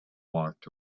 walked